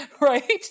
right